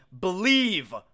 Believe